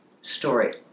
story